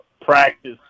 practice